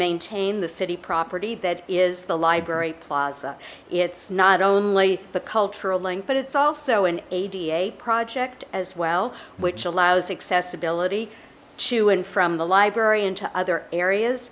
maintain the city property that is the library plaza it's not only the cultural link but it's also an ad a project as well which allows accessibility to and from the library into other areas